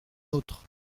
autre